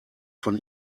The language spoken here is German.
von